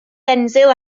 denzil